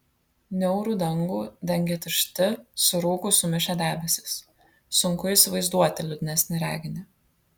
niaurų dangų dengė tiršti su rūku sumišę debesys sunku įsivaizduoti liūdnesnį reginį